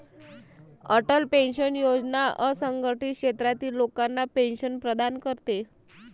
Atal pension योजना असंघटित क्षेत्रातील लोकांना पेन्शन प्रदान करते